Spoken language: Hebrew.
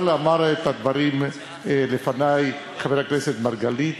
אבל, אמר את הדברים לפני חבר הכנסת מרגלית,